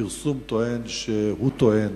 לפי הפרסום הוא טוען